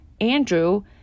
Andrew